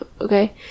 Okay